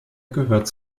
gehört